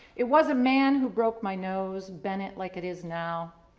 it was a man who broke my nose, bent it like it is now.